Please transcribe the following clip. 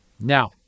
Now